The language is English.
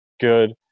good